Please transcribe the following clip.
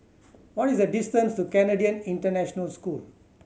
what is the distance to Canadian International School